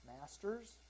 Masters